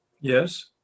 Yes